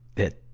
that,